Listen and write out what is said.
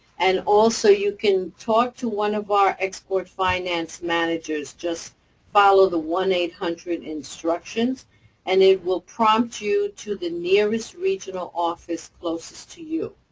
and also you can talk to one of our export finance managers. just follow the one eight hundred instructions and it will prompt you to the nearest regional office closest to you.